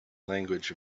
language